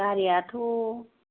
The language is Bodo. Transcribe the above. गारियाथ'